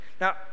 Now